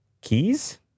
keys